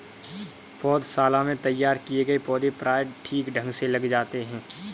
पौधशाला में तैयार किए गए पौधे प्रायः ठीक ढंग से लग जाते हैं